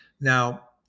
Now